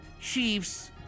Chiefs